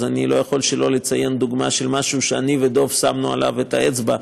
אז אני לא יכול שלא לציין דוגמה של משהו שאני ודב שמנו עליו את האצבע,